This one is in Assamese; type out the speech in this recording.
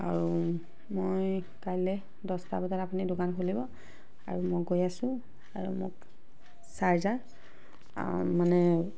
আৰু মই কাইলৈ দহটা বজাত আপুনি দোকান খুলিব আৰু মই গৈ আছো আৰু মোক চাৰ্জাৰ মানে